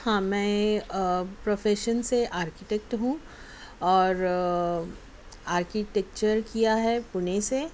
ہاں میں پروفیشن سے آرکیٹکٹ ہوں اور آرکیٹیکچر کیا ہے پونے سے